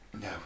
No